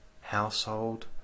household